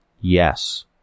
Yes